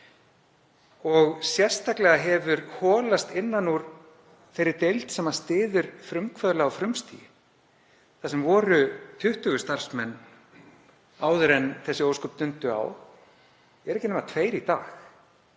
og sérstaklega hefur holast innan úr þeirri deild sem styður frumkvöðla á frumstigi. Þar sem voru 20 starfsmenn áður en þessi ósköp dundu yfir eru ekki nema tveir í dag.